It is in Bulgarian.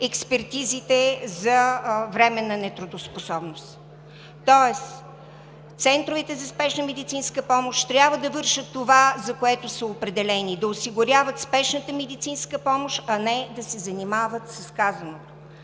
експертизите за временна нетрудоспособност. Тоест центровете за спешна медицинска помощ трябва да вършат това, за което са определени – да осигуряват спешната медицинска помощ, а не да се занимават с казаното.